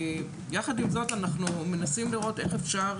יחד עם זאת אנחנו מנסים לראות איך אפשר